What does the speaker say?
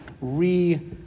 re